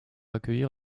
accueillir